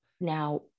Now